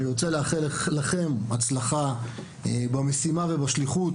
אני רוצה לאחל לכם הצלחה במשימה ובשליחות